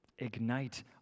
Ignite